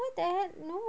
what the hell no